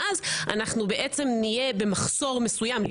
ואז נהיה במחסור מסוים,